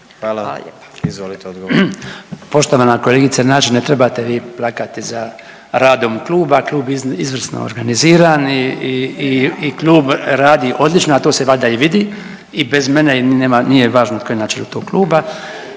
Branko (HDZ)** Poštovana kolegice Nađ, ne trebate vi plakati za radom kluba, klub je izvrsno organiziran i, i, i, i klub radi odlično, a to se valjda i vidi i bez mene i nema, nije važno tko je na čelu tog kluba,